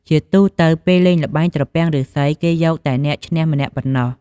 ជាទូទៅ ពេលលេងល្បែងត្រពាំងឬុស្សី គេយកតែអ្នកឈ្នះម្នាក់ប៉ុណ្ណោះ។